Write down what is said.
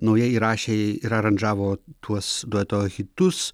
naujai įrašė ir aranžavo tuos dueto hitus